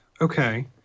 okay